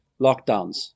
lockdowns